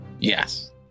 Yes